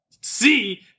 See